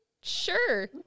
Sure